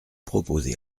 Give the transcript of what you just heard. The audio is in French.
proposez